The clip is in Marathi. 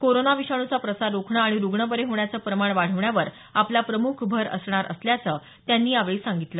कोरोना विषाणूचा प्रसार रोखणं आणि रुग्ण बरे होण्याचं प्रमाण वाढविण्यावर आपला प्रमुख भर असणार असल्याचं त्यांनी यावेळी सांगितलं